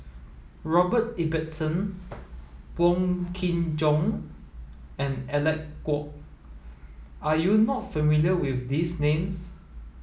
Robert Ibbetson Wong Kin Jong and Alec Kuok are you not familiar with these names